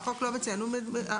החוק לא מציין מיהו יושב-הראש.